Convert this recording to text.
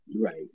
Right